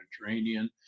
mediterranean